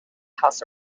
house